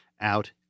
out